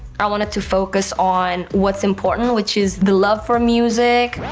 i wanted to focus on what's important, which is the love for music.